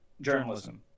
journalism